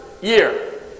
year